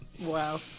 Wow